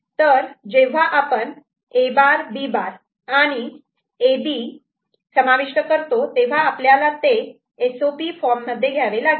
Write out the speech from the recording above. तर जेव्हा आपण A' B' आणि A B समाविष्ट करतो तेव्हा आपल्याला ते एस ओ पि फॉर्ममध्ये घ्यावे लागेल